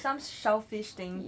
some shellfish thing